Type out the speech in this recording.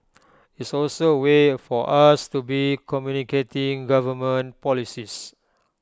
it's also A way for us to be communicating government policies